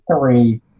three